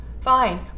Fine